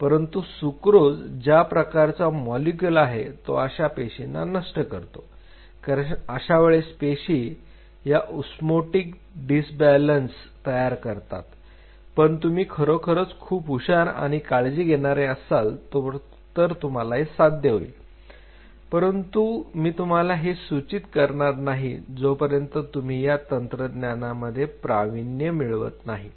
परंतु सुक्रोज ज्या प्रकारचा मॉलिक्युल आहे तो अशा पेशींना नष्ट करतो कारण अशावेळेस पेशी ह्या उस्मोटिक डिसबॅलन्स तयार करतात पण तुम्ही खरोखरच खूप हुशार आणि काळजी घेणारे असाल तर तुम्हाला हे साध्य होईल परंतु मी तुम्हाला हे सूचित करणार नाही जोपर्यंत तुम्ही या तंत्रज्ञानामध्ये प्रावीण्य मिळवत नाहीत